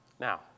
Now